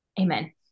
Amen